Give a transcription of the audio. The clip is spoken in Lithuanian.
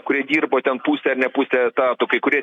kurie dirbo ten pusę ar ne pusę etato kai kurie